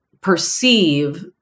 perceive